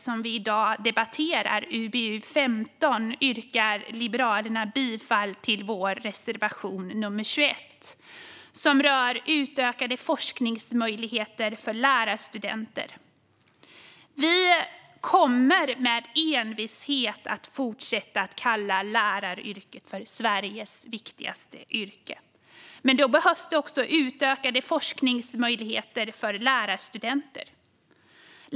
Jag yrkar bifall till Liberalernas reservation 21, som rör utökade forskningsmöjligheter för lärarstudenter. Vi kommer med envishet att fortsätta kalla läraryrket för Sveriges viktigaste yrke. Men då behövs det också utökade forskningsmöjligheter för lärarstudenter.